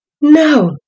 no